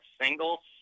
single